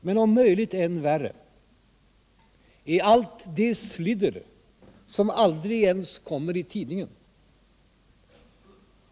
Men om möjligt än värre är allt det slidder som aldrig ens kommer i tidningen.